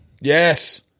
Yes